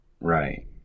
Right